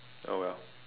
oh well